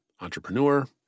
Entrepreneur